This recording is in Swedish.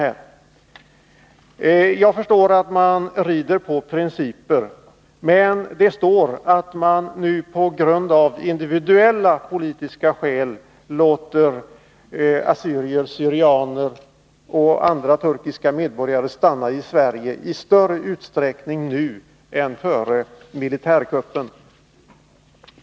Det står i svaret att man låter assyrier/syrianer och andra turkiska medborgare stanna i Sverige av individuella politiska skäl i större utsträckning nu än före militärkuppen.